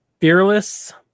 Fearless